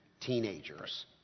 teenagers